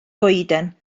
goeden